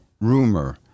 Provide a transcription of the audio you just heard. rumor